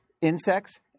insects